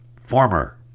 former